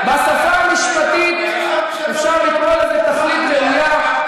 בשפה המשפטית אפשר לקרוא לזה תכלית ראויה,